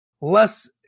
less